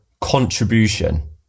contribution